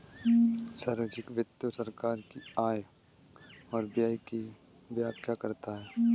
सार्वजिक वित्त सरकार की आय और व्यय की व्याख्या करता है